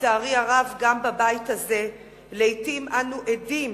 לצערי הרב גם בבית הזה אנו עדים